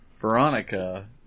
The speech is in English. Veronica